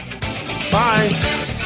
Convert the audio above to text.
bye